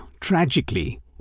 tragically